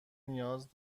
نیاز